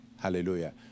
hallelujah